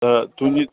त तुंहिंजी